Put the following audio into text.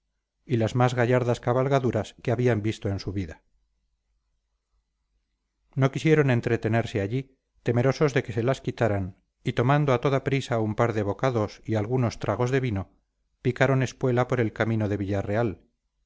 y las más gallardas cabalgaduras que habían visto en su vida no quisieron entretenerse allí temerosos de que se las quitaran y tomando a toda prisa un par de bocados y algunos tragos de vino picaron espuela por el camino de villarreal